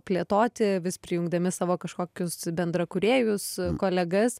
plėtoti vis prijungdami savo kažkokius bendrakūrėjus kolegas